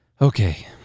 Okay